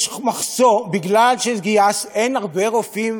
מכיוון שאין הרבה רופאים